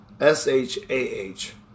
S-H-A-H